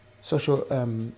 social